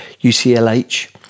UCLH